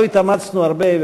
לא התאמצנו הרבה,